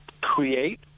create